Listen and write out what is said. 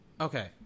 Okay